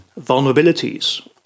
vulnerabilities